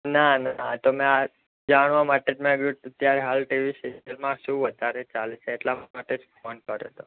ના ના આ તો મેં આ જાણવા માટે જ મેં કીધું અત્યારે હાલ ટીવી સિરિયલમાં શું વધારે ચાલે છે એટલા માટે જ ફોન કર્યો તો